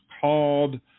called